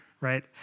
right